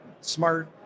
smart